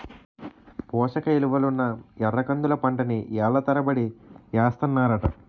పోసకిలువలున్న ఎర్రకందుల పంటని ఏళ్ళ తరబడి ఏస్తన్నారట